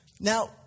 Now